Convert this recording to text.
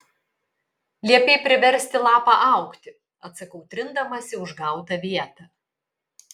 liepei priversti lapą augti atsakau trindamasi užgautą vietą